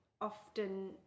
often